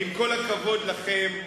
עם כל הכבוד לכם,